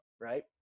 right